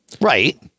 Right